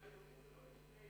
מדינה יהודית זה לא לפני חוק,